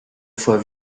fois